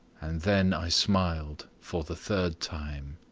and then i smiled for the third time.